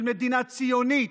של מדינה ציונית,